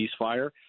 ceasefire